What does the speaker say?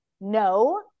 no